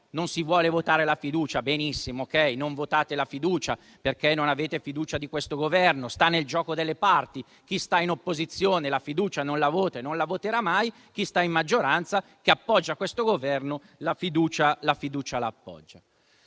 non si vuole votare la fiducia, va benissimo. Non votate la fiducia, perché non avete fiducia in questo Governo. Sta nel gioco delle parti. Chi sta all'opposizione la fiducia non la vota e non la voterà mai; chi sta in maggioranza ed appoggia questo Governo la fiducia la vota.